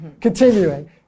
Continuing